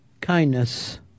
kindness